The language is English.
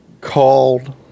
called